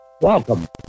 welcome